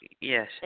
Yes